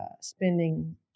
spending